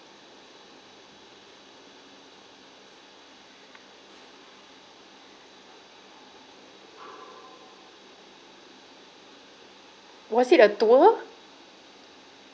was it a tour